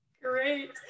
great